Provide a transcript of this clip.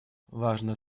важно